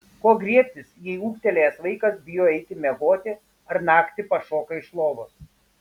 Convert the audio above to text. ko griebtis jei ūgtelėjęs vaikas bijo eiti miegoti ar naktį pašoka iš lovos